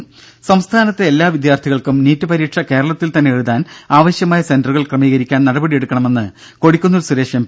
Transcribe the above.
ദേദ സംസ്ഥാനത്തെ എല്ലാ വിദ്യാർത്ഥികൾക്കും നീറ്റ് പരീക്ഷ കേരളത്തിൽ തന്നെ എഴുതാൻ ആവശ്യമായ സെന്ററുകൾ ക്രമീകരിക്കാൻ നടപടി എടുക്കണമെന്ന് കൊടിക്കുന്നിൽ സുരേഷ് എം